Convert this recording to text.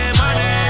money